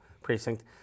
Precinct